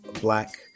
black